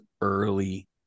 early